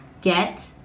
Get